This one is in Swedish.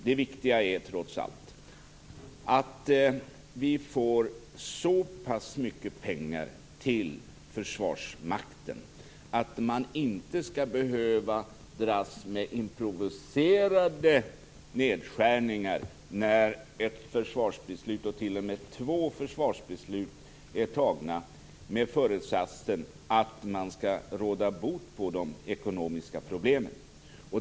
Det viktiga är att vi får så pass mycket pengar till försvarsmakten att man inte skall behöva dras med improviserade nedskärningar när t.o.m. två försvarsbeslut är fattade med föresatsen att man skall råda bot på de ekonomiska problemen.